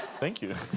thank you.